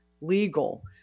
legal